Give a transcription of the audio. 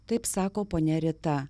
taip sako ponia rita